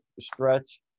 stretch